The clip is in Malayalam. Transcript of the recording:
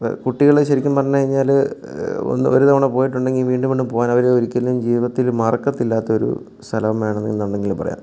കുട്ടികൾ ശരിക്കും പറഞ്ഞു കഴിഞ്ഞാൽ ഒരു തവണ പോയിട്ടുണ്ടെങ്കിൽ വീണ്ടും വീണ്ടും പോവാൻ അവർ ഒരിക്കലും ജീവിതത്തിൽ മറക്കത്തില്ലാത്തൊരു സ്ഥലം വേണമെന്നുണ്ടെങ്കിൽ പറയാം